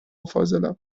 فاضلاب